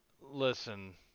Listen